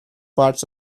parts